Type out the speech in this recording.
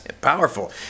powerful